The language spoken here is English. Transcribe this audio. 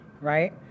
right